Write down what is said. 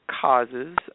causes